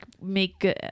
make